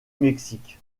mexique